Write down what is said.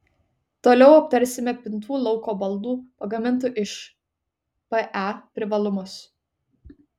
toliau aptarsime pintų lauko baldų pagamintų iš pe privalumus